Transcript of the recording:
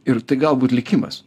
ir tai galbūt likimas